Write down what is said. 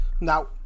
now